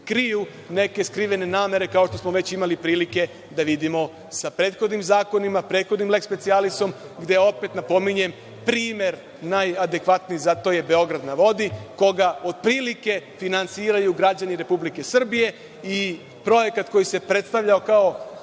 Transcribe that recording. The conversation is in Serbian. kriju neke skrivene namere, kao što smo već imali prilike da vidimo sa prethodnim zakonima, prethodnim lex specialis, gde opet napominjem primer najadekvatniji za to je Beograd na vodi, koga otprilike finansiraju građani Republike Srbije i projekat koji se predstavljao kao